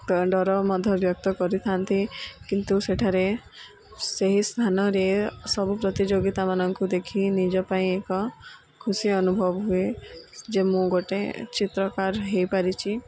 ଡର ମଧ୍ୟ ବ୍ୟକ୍ତ କରିଥାନ୍ତି କିନ୍ତୁ ସେଠାରେ ସେହି ସ୍ଥାନରେ ସବୁ ପ୍ରତିଯୋଗିତା ମାନଙ୍କୁ ଦେଖି ନିଜ ପାଇଁ ଏକ ଖୁସି ଅନୁଭବ ହୁଏ ଯେ ମୁଁ ଗୋଟେ ଚିତ୍ରକାର ହେଇପାରିଛି